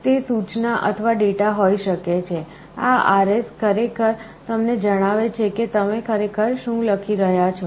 તે સૂચના અથવા ડેટા હોઈ શકે છે આ RS ખરેખર તમને જણાવે છે કે તમે ખરેખર શું લખી રહ્યા છો